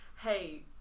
hey